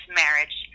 marriage